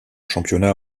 championnat